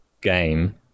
game